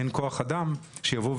אין כוח אדם שיבוא,